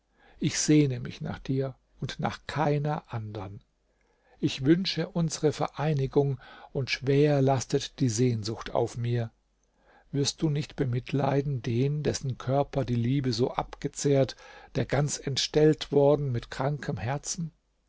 ich sehne mich nach dir und nach keiner andern ich wünsche unsere vereinigung und schwer lastet die sehnsucht auf mir wirst du nicht bemitleiden den dessen körper die liebe so abgezehrt der ganz entstellt worden mit krankem herzen